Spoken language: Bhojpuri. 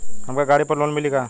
हमके गाड़ी पर लोन मिली का?